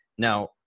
Now